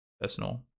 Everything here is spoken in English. personal